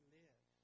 live